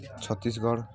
Chhattisgarh